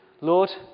Lord